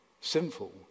sinful